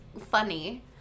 funny